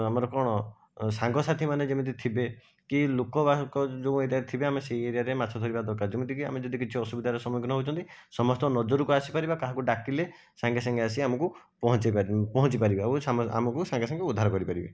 ଆମର କଣ ସାଙ୍ଗସାଥି ମାନେ ଯେମିତି ଥିବେ କି ଲୋକବାକ ଯେଉଁ ଏରିଆରେ ଥିବେ ଆମେ ସେହି ଏରିଆରେ ମାଛ ଧରିବା ଦରକାର ଯେମିତି କି ଆମେ ଯଦି କିଛି ଅସୁବିଧାର ସମ୍ମୁଖୀନ ହେଉଛନ୍ତି ସମସ୍ତଙ୍କ ନଜରକୁ ଆସିପରିବା କାହାକୁ ଡାକିଲେ ସାଙ୍ଗେ ସାଙ୍ଗେ ଆସି ଆମକୁ ପହଞ୍ଚାଇ ପାରିବ ପହଞ୍ଚି ପାରିବ ଆଉ ଆମକୁ ସାଙ୍ଗେ ସାଙ୍ଗେ ଉଦ୍ଧାର କରିପାରିବେ